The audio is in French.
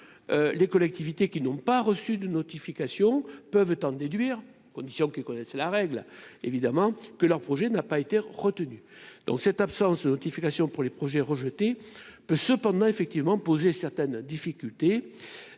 les collectivités qui n'ont pas reçu de notification peuvent en déduire condition qui connaissent la règle évidemment que leur projet n'a pas été retenu, donc cette absence de notification pour les projets rejetés peut cependant effectivement poser certaines difficultés